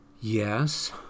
Yes